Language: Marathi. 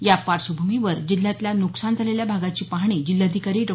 या पार्श्वभूमीवर जिल्ह्यातल्या नुकसान झालेल्या भागाची पाहणी जिल्हाधिकारी डॉ